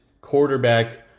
quarterback